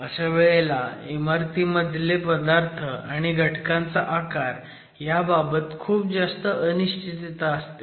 अशा वेळेला इमारतीमधले पदार्थ आणि घटकांचा आकार ह्या बाबत खूप जास्त अनिश्चितता असते